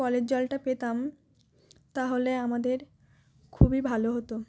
কলের জলটা পেতাম তাহলে আমাদের খুবই ভালো হতো